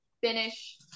finish